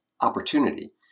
opportunity